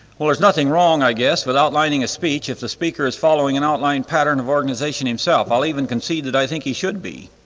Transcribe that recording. well there's nothing wrong i guess with outlining a speech if the speaker is following an outline pattern of organization himself, i'll even concede that i think he should be,